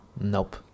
Nope